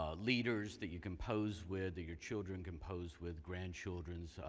ah leaders that you can pose with, that your children can pose with, grandchildren.